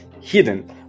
hidden